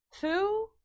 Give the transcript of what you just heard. two